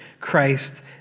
Christ